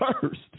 first